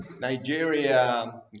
Nigeria